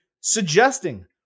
suggesting